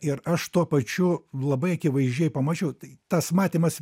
ir aš tuo pačiu labai akivaizdžiai pamačiau tas matymas